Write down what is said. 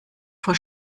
vor